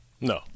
No